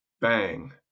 bang